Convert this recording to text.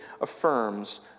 affirms